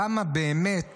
כמה היא באמת